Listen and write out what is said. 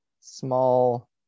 small